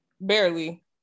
Barely